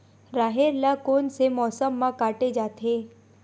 राहेर ल कोन से मौसम म काटे जाथे?